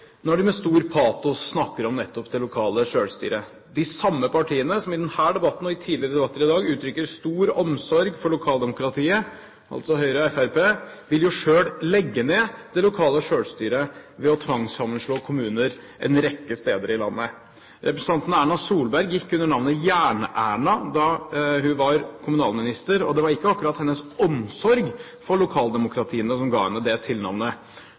når de med stor patos snakker om nettopp det lokale selvstyret. De samme partiene – altså Høyre og Fremskrittspartiet – som i denne debatten og i tidligere debatter i dag uttrykker stor omsorg for lokaldemokratiet, vil jo selv legge ned det lokale selvstyret ved å tvangssammenslå kommuner en rekke steder i landet. Representanten Erna Solberg gikk under navnet «Jern-Erna» da hun var kommunalminister, og det var ikke akkurat hennes omsorg for lokaldemokratiet som ga henne det tilnavnet.